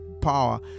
power